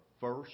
first